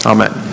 Amen